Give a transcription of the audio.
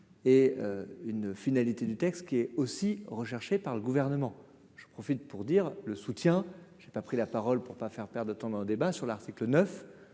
et une finalité du texte qui est aussi recherché par le gouvernement, je profite pour dire le soutien, j'ai pas pris la parole pour pas faire perdre autant d'un débat sur l'article 9